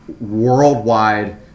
worldwide